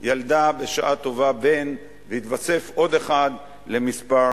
ילדה בשעה טובה בן, והתווסף עוד אחד למספר